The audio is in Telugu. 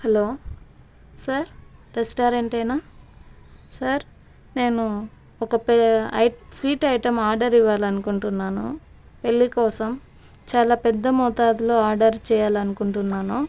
హలో సార్ రెస్టారెంటేనా సార్ నేను ఒక పె స్వీట్ ఐటెం ఆర్డర్ ఇవ్వాలి అనుకుంటున్నాను పెళ్ళి కోసం చాలా పెద్ద మోతాదులో ఆర్డర్ చెయ్యాలి అనుకుంటున్నాను